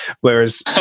Whereas